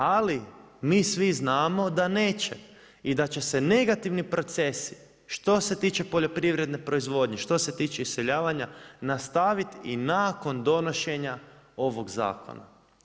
Ali mi svi znamo da neće i da će se negativni procesi što se tiče poljoprivredne proizvodnje, što se tiče iseljavanja nastaviti i nakon donošenja ovog zakona.